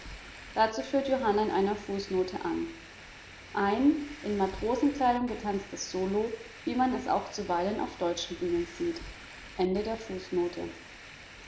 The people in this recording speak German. dazu führt johanna in einer fußnote an ein in matrosenkleidung getanztes solo wie man es auch zuweilen auf deutschen bühnen sieht